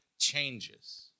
changes